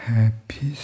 Happy